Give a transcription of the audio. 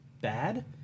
bad